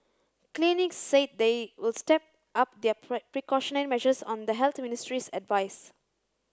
clinics said they will step up their precautionary measures on the Health Ministry's advice